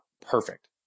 perfect